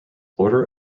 order